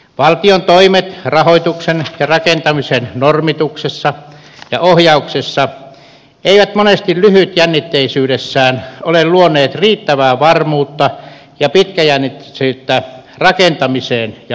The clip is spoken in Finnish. valtion toimet rahoituksen ja rakentamisen normituksessa ja ohjauksessa eivät monesti lyhytjännitteisyydessään ole luoneet riittävää varmuutta ja pitkäjänteisyyttä rakentamiseen ja omistamiseen